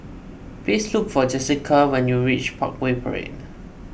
please look for Jessika when you reach Parkway Parade